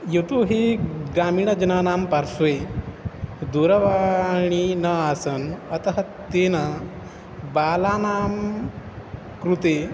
यतोहि ग्रामीणजनानां पार्श्वे दूरवाणी न आसन् अतः तेन बालानां कृते